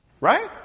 Right